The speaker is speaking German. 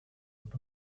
und